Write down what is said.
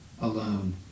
alone